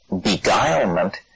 beguilement